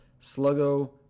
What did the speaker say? Sluggo